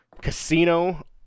Casino